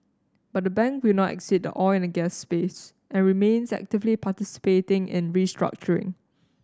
but the bank will not exit the oil and gas space and remains actively participating in restructuring